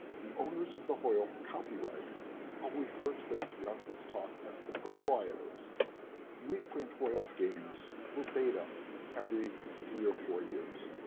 the owners of the hoyle copyright i'll refer to them throughout this talk as the proprietors reprint hoyle's games verbatim every three or four years.